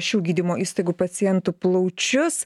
šių gydymo įstaigų pacientų plaučius